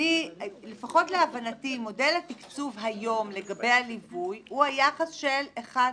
לפחות להבנתי מודל התקצוב היום לגבי הליווי הוא היחס של אחד לשלושה.